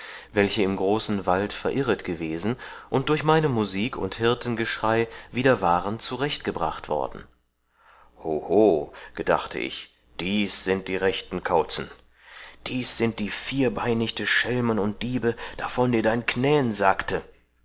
welche im großen wald verirret gewesen und durch meine musik und hirtengeschrei wieder waren zurecht gebracht worden hoho gedachte ich dies seind die rechten kauzen dies seind die vierbeinigte schelmen und diebe davon dir dein knän sagte